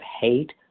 hate